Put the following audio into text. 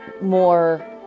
more